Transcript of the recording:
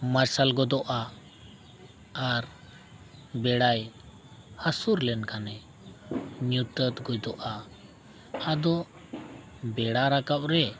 ᱢᱟᱨᱥᱟᱞ ᱜᱚᱫᱚᱜᱼᱟ ᱟᱨ ᱵᱮᱲᱟᱭ ᱦᱟᱹᱥᱩᱨ ᱞᱮᱱᱠᱷᱟᱱᱮ ᱧᱩᱛᱟᱹᱛ ᱜᱚᱫᱚᱜᱼᱟ ᱟᱫᱚ ᱵᱮᱲᱟ ᱨᱟᱠᱟᱵ ᱨᱮ